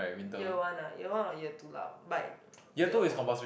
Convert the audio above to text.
year one ah year one or year two lah but